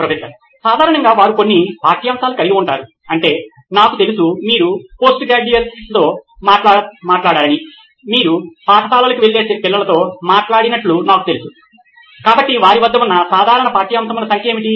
professor సాధారణంగా వారు ఎన్ని పాఠ్యాంశములు కలిగి ఉంటారు అంటే నాకు తెలుసు మీరు పోస్ట్ గ్రాడ్యుయేట్లతో మాట్లాడారని మీరు పాఠశాలకు వెళ్లే పిల్లలతో మాట్లాడినట్లు నాకు తెలుసు కాబట్టి వారి వద్ద ఉన్న సాధారణ పాఠ్యాంశములు సంఖ్య ఏమిటి